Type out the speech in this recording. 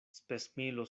spesmilo